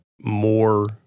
more